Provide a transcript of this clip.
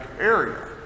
area